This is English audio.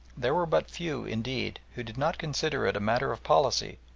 there were but few, indeed, who did not consider it a matter of policy,